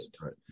right